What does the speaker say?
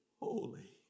holy